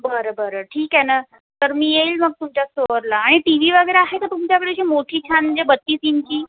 बरं बरं ठीक आहे ना तर मी येईल मग तुमच्या स्टोअरला आणि टी व्ही वगैरे आहे का तुमच्याकडे अशी मोठी छान म्हणजे बत्तीस इंची